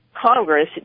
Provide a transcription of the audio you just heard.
Congress